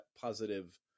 positive